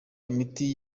imiti